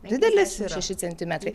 didelis šeši centimetrai